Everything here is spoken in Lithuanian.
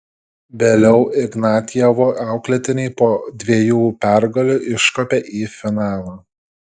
vėliau ignatjevo auklėtiniai po dviejų pergalių iškopė į finalą